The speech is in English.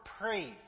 prayed